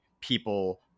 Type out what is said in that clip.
people